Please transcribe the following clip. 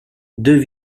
deux